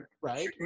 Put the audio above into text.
right